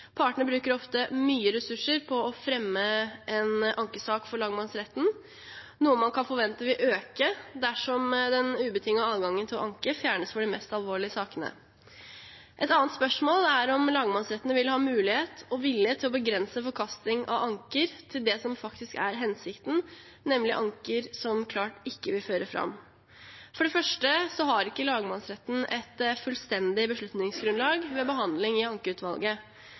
Partene bruker ofte mye ressurser på å fremme en ankesak for lagmannsretten, noe man kan forvente vil øke dersom den ubetingede adgangen til å anke fjernes for de mest alvorlige sakene. Et annet spørsmål er om lagmannsrettene vil ha mulighet og vilje til å begrense forkasting av anker til det som faktisk er hensikten, nemlig anker som klart ikke vil føre fram. For det første har ikke lagmannsrettene et fullstendig beslutningsgrunnlag ved behandling i ankeutvalget.